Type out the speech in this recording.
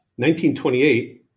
1928